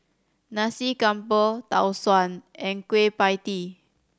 Nasi Campur Tau Suan and Kueh Pie Tee